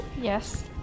Yes